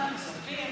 ועדת הכספים.